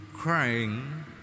crying